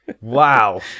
Wow